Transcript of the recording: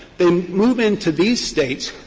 they move into these states,